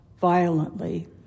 violently